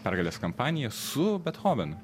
pergalės kampaniją su bethovenu